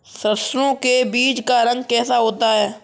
सरसों के बीज का रंग कैसा होता है?